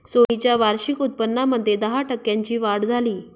Sony च्या वार्षिक उत्पन्नामध्ये दहा टक्क्यांची वाढ झाली